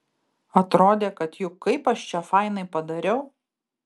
atrodė kad juk kaip aš čia fainai padariau